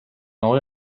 neu